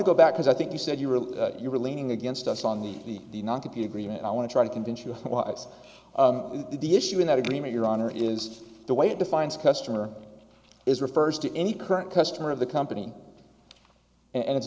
to go back because i think you said you were you were leaning against us on the not to be agreement i want to try to convince you what's the issue in that agreement your honor is the way it defines customer is refers to any current customer of the company and it's